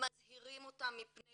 מזהירים אותם מפני